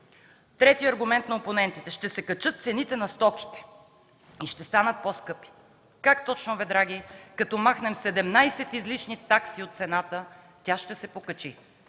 Третият аргумент на опонентите: ще се качат цените на стоките и ще станат по-скъпи. Как точно, драги, като махнем 17 излишни такси от цената, тя ще се покачи?